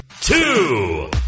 Two